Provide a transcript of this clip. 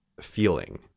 feeling